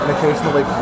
occasionally